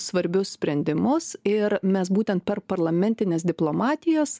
svarbius sprendimus ir mes būtent per parlamentines diplomatijas